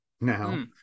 now